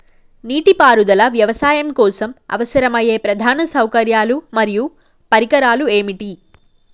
నీటిపారుదల వ్యవసాయం కోసం అవసరమయ్యే ప్రధాన సౌకర్యాలు మరియు పరికరాలు ఏమిటి?